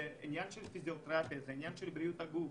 זה עניין של פיזיותרפיה, של בריאות הגוף